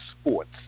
sports